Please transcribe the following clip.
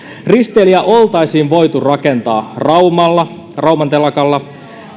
risteilijä oltaisiin voitu rakentaa raumalla rauman telakalla